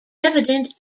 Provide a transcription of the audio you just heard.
evident